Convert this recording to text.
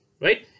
right